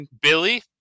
Billy